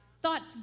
Thoughts